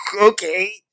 okay